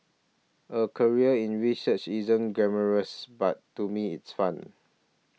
a career in research isn't glamorous but to me it's fun